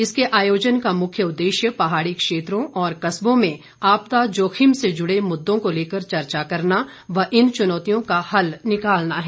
इसके आयोजन का मुख्य उद्देश्य पहाड़ी क्षेत्रों और कस्बों में आपदा जोखिम से जुड़े मुद्दों को लेकर चर्चा करना और इन चुनौतियों का हल निकालना है